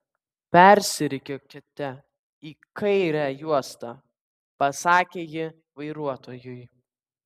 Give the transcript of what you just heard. persirikiuokite į kairę juostą pasakė ji vairuotojui